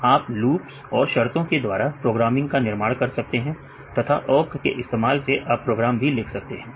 आप लूप्स और शर्तों के द्वारा प्रोग्रामिंग का निर्माण कर सकते हैं तथा ओक के इस्तेमाल से आप प्रोग्राम भी लिख सकते हैं